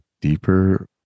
deeper